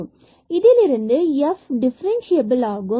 இதிலிருந்து f டிஃபரன்ஸ்சிறபில் ஆகும்